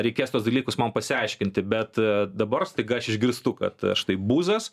reikės tuos dalykus man pasiaiškinti bet dabar staiga aš išgirstu kad štai buzas